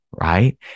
Right